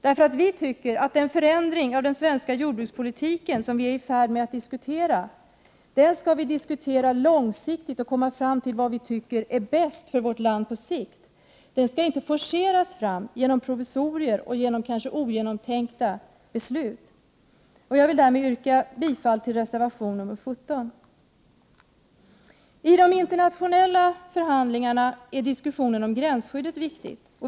Vi tycker nämligen att den förändring av den svenska jordbrukspolitiken som vi är i färd med att diskutera skall diskuteras långsiktigt och att vi skall komma fram till vad vi tycker är bäst för vårt land på sikt. Den förändringen skall inte forceras fram genom provisorier och kanske ogenomtänkta beslut. Jag vill därmed yrka bifall till reservation 17. 17 I de internationella förhandlingarna är diskussionen om gränsskyddet viktig.